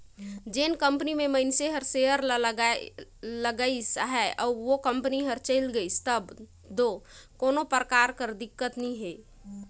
जेन कंपनी में मइनसे हर सेयर ल लगाइस अहे अउ ओ कंपनी हर चइल गइस तब दो कोनो परकार कर दिक्कत नी हे